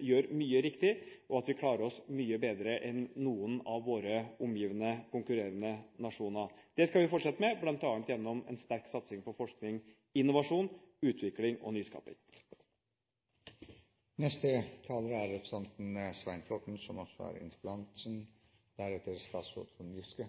gjør mye riktig og at vi klarer oss mye bedre enn noen av våre omgivende konkurrerende nasjoner. Det skal vi fortsette med, bl.a. gjennom en sterk satsing på forskning, innovasjon, utvikling og nyskaping. Jeg takker for svaret. Det er